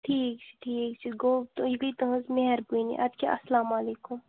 ٹھیٖک چھُ ٹھیٖک چھُ گوٚو تہٕ یہِ گٔے تُہٕنٛز مہربٲنی اَدٕ کیٛاہ السلام علیکم